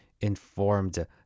informed